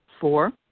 Four